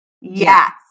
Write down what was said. Yes